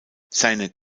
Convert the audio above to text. seine